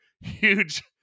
huge